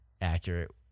accurate